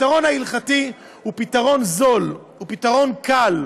הפתרון ההלכתי הוא פתרון זול, הוא פתרון קל,